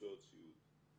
מקצועות סיעוד.